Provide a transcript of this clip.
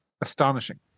astonishing